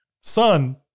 son